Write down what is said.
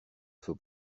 faut